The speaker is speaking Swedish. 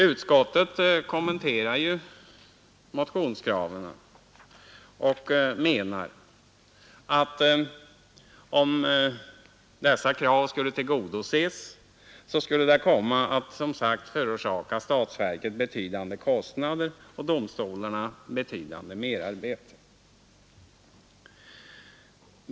Utskottet kommenterar ju motionskraven och menar att om dessa krav tillgodosågs skulle det komma att förorsaka statsverket betydande kostnader och domstolarna betydande merarbete.